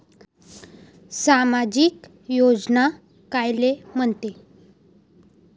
सामाजिक योजना कायले म्हंते?